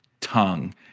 tongue